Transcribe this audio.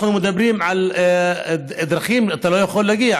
אנחנו מדברים על דרכים, אתה לא יכול להגיע.